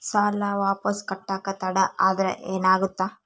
ಸಾಲ ವಾಪಸ್ ಕಟ್ಟಕ ತಡ ಆದ್ರ ಏನಾಗುತ್ತ?